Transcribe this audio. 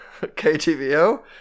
KTVO